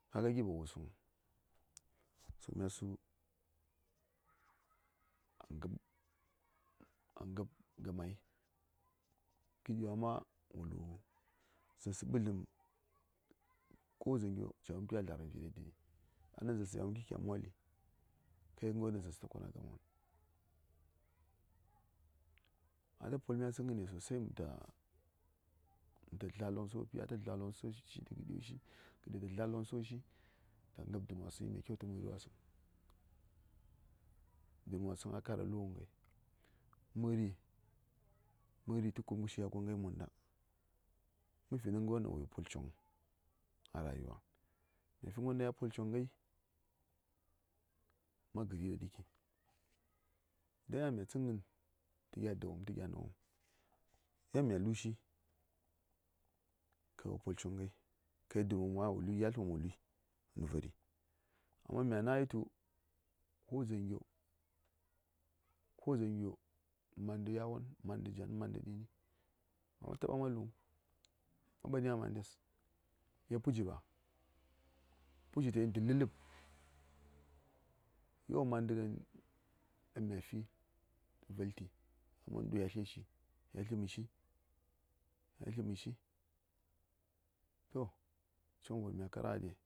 Kaga gɚ ba wo wusung so mya sun gab gamai gɚdi wa ma wa lugɚn za’arsɚ ɓadlɚm. Gəɗiwa, su:gəɗiwa ɗaŋ tu nə kyan. Gəd ya fi ghə gənmənba sai kya votəŋ, kya sə:t tə vi:, wo ɗya wumghəi, amma kya wul tu ka sə:tə vi:ŋ ka yi vot təni, to kə ɗyaghaskə tə vu:ghən sosai. Mə:ri ca: lu:tkən ca:gha yelghənngərwon ɗaŋ kya fi tə gəɗi wa, ca:gha yelghənngərwon ɗaŋkya fi na̱wasəŋ, mə:ri ta vərghə, gir, ta su:gha? Mə slə, dzaŋ va:y, ya:n mə ta wul tətu, to baba gwai a yi wul tu ma slə a ləbwon, kada mə makarai ɗu:n, tə slən sli təghai vəŋ? A wulləm tu mə ɓələm tə ya:n. Mə wul tə tu, to shikenan, ma wumi, ma̱ fahimtai. Figən tə fighən, mə wul tə tu mə slio, a wul tu ka, ɗaŋ dazaŋ, ɗaŋ lapma lətsəya? Ɗaŋni ko mya sli maba wo sləŋo, mə wul tu to Tu kyan kə ɓwasha? To, mə ta cèt kaman tə vi: sosai a ta wummi. Sai a ta wullum tu to, a ta cim tu mi ɗo? Mə ta wultə tu, mi kasuwa, a ɗiɓarghən slu: a ta wul tu to mya shishi ca su tə yelmo. Mə ta wul tu to. To mə ta shishi, karfe tantan, ke su:tu, ke kavit, mə sli dən mə slən copmi. Ɗaŋ mə copmí, sai mə nyol mə sli ɓastə ɗa:shi dən.